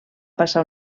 passar